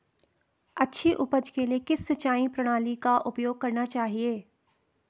अच्छी उपज के लिए किस सिंचाई प्रणाली का उपयोग करना चाहिए?